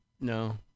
no